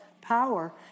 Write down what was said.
power